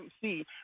see